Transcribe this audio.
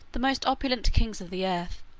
the most opulent kings of the earth,